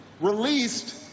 released